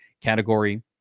category